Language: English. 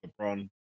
LeBron